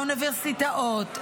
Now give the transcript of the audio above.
האוניברסיטאות,